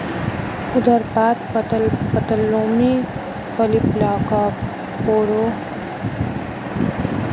उदरपाद, पटलक्लोमी, polyplacophora, mollusc के प्रकार माने जाते है